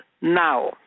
now